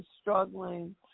struggling